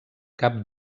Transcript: cap